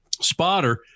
spotter